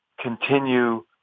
continue